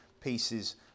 pieces